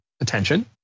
attention